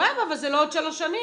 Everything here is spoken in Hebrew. סבבה, אבל זה לא עוד שלוש שנים.